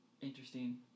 interesting